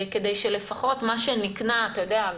כדי שלפחות מה שנקנה אתה יודע,